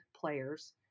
players